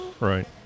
Right